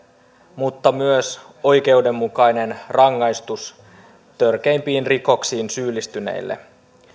mutta myös oikeudenmukainen rangaistus törkeimpiin rikoksiin syyllistyneille